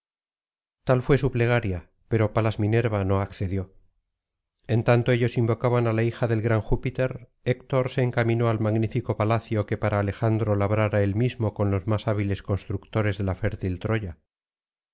tal fué su plegaria pero palas minerva no accedió en tanto ellas invocaban á la hija del gran júpiter héctor se encaminó al magnífico palacio que para alejandro labrara él mismo con los más hábiles constructores de la fértil troya